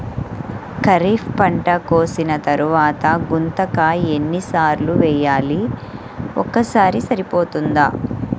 ఖరీఫ్ పంట కోసిన తరువాత గుంతక ఎన్ని సార్లు వేయాలి? ఒక్కసారి సరిపోతుందా?